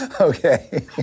Okay